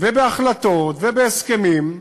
ובהחלטות ובהסכמים,